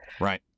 right